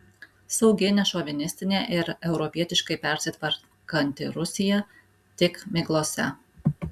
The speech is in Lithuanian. saugi nešovinistinė ir europietiškai persitvarkanti rusija tik miglose